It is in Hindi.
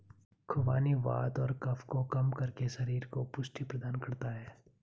खुबानी वात और कफ को कम करके शरीर को पुष्टि प्रदान करता है